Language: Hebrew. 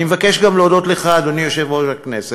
אני מבקש גם להודות לך, אדוני יושב-ראש הכנסת,